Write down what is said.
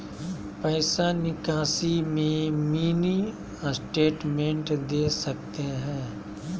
पैसा निकासी में मिनी स्टेटमेंट दे सकते हैं?